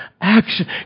action